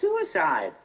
Suicide